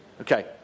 Okay